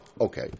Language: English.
Okay